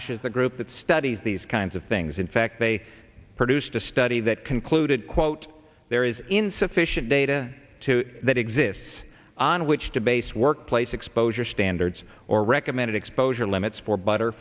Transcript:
is the group that studies these kinds of things in fact they produced a study that concluded quote there is insufficient data that exists on which to base workplace exposure standards or recommended exposure limits for butter